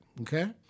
okay